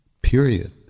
Period